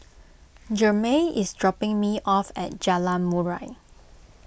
Jermey is dropping me off at Jalan Murai